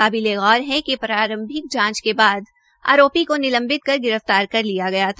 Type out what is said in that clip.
काबिलेगौर है कि प्रांरभिक जांच के बाद आरोपी को निलंबित कर गिरफ्तार कर लिया गया था